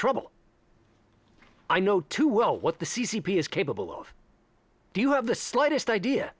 trouble i know too well what the c c p is capable of do you have the slightest idea